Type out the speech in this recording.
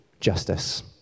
justice